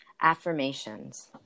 affirmations